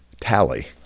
tally